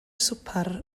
swper